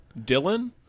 Dylan